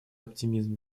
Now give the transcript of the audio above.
оптимизм